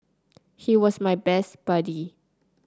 he was my best buddy